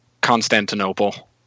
Constantinople